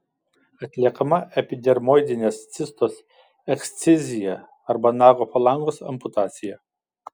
atliekama epidermoidinės cistos ekscizija arba nago falangos amputacija